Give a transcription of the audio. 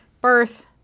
birth